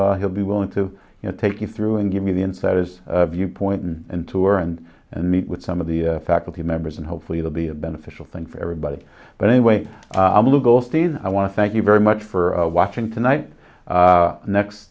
so he'll be willing to take you through and give me the inside his viewpoint and tour and and meet with some of the faculty members and hopefully it'll be a beneficial thing for everybody but anyway i'm lugosi i want to thank you very much for watching tonight next